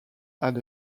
had